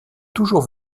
toujours